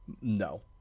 No